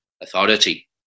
authority